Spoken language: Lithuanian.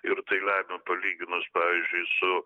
ir tai lemia palyginus pavyzdžiui su